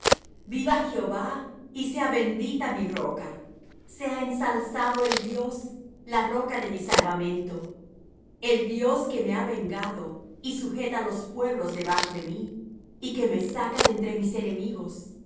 viva jehová y sea bendita mi roca sea ensalzado el dios la roca de mi salvamento el dios que me ha vengado y sujeta los pueblos debajo de mí y que me saca de entre mis enemigos